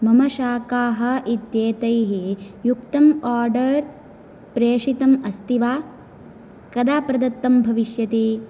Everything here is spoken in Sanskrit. मम शाकाः इत्येतैः युक्तम् आर्डर् प्रेषितम् अस्ति वा कदा प्रदत्तं भविष्यति